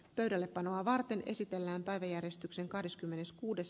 pöydälle panoa varten esitellään päiväjärjestyksen kahdeskymmeneskuudes